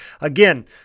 Again